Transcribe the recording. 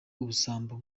ubusambo